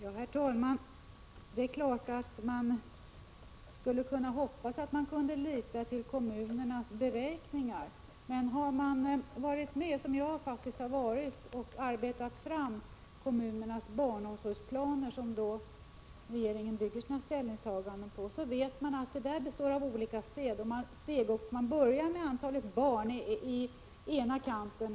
Herr talman! Det är klart att man hoppas att man kan lita på kommunernas beräkningar. Men har man såsom jag varit med om att arbeta fram kommunernas barnomsorgsplaner, som regeringen bygger sina ställningstaganden på, vet man att arbetet består av olika steg. Man börjar med antalet barn i ena kanten.